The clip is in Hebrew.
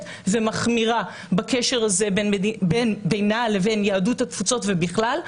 ומחמירה בקשר הזה בינה לבין יהדות התפוצות ובכלל,